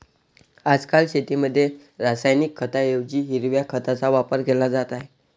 आजकाल शेतीमध्ये रासायनिक खतांऐवजी हिरव्या खताचा वापर केला जात आहे